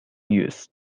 used